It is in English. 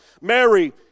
Mary